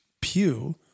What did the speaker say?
pew